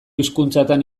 hizkuntzatan